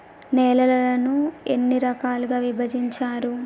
నేలలను ఎన్ని రకాలుగా విభజించారు?